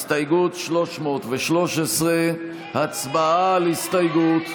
הסתייגות 313, הצבעה על הסתייגות.